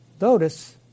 Notice